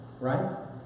Right